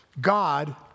God